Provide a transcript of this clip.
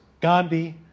Gandhi